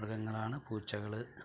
മൃഗങ്ങളാണ് പൂച്ചകൾ